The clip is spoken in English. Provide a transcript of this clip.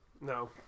No